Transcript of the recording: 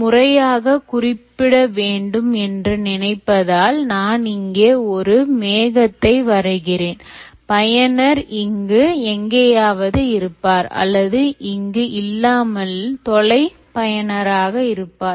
முறையாக குறிப்பிட வேண்டும் என்று நினைப்பதால் நான் இங்கே ஒரு மேகத்தை வரைகிறேன் பயனர் இங்கு எங்கேயாவது இருப்பார் அல்லது இங்கு இல்லாமல் தொலைநிலை பயனராக இருப்பார்